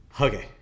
okay